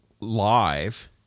live